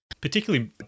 Particularly